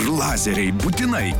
lazeriai būtinai